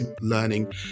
learning